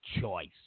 choice